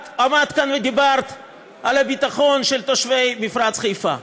את עמדת כאן ודיברת על הביטחון של תושבי מפרץ חיפה.